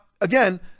again